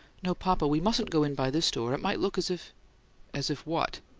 no, papa. we mustn't go in by this door. it might look as if as if what?